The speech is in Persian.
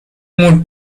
مون